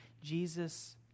Jesus